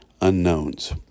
unknowns